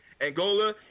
Angola